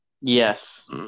Yes